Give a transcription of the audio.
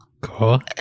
Cool